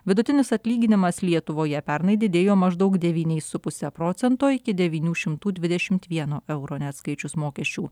vidutinis atlyginimas lietuvoje pernai didėjo maždaug devyniais su puse procento iki devynių šimtų dvidešimt vieno euro neatskaičius mokesčių